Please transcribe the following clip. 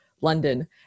london